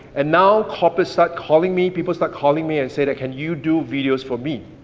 and now companies start calling me, people start calling me and say that can you do videos for me?